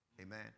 Amen